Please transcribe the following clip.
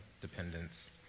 dependence